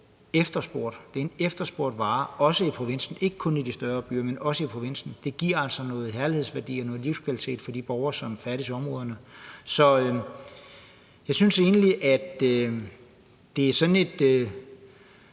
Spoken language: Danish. Det er en efterspurgt vare, også i provinsen. Det er ikke kun i de større byer, det er det, men også i provinsen. Det giver altså noget herlighedsværdi og noget livskvalitet for de borgere, som færdes i områderne. Så jeg synes egentlig, at det er et